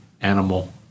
animal